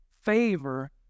favor